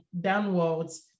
downwards